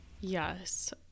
Yes